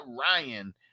Ryan